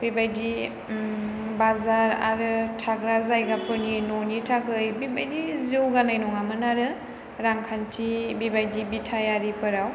बेबादि बाजार आरो थाग्रा जायगाफोरनि न'नि थाखाय बिबादि जौगानाय नङामोन आरो रांखान्थि बेबादि बिथायारिफोराव